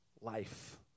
life